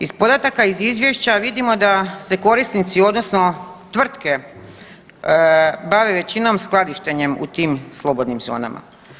Iz podataka iz Izvješća vidimo da se korisnici, odnosno tvrtke bave većinom skladištenjem u tim slobodnim zonama.